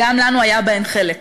גם לנו היה בהן חלק,